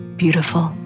beautiful